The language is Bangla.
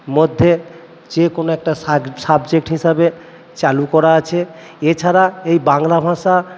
মধ্যে যে কোনো একটা সাবজেক্ট হিসাবে চালু করা আছে এছাড়া এই বাংলা ভাষা